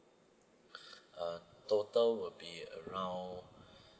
uh total will be around